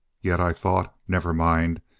yet i thought never mind.